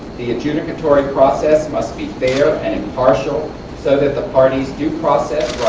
the adjudicatory process must be fair and impartial so that the parties' due process